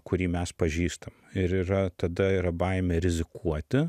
kurį mes pažįstam ir yra tada yra baimė rizikuoti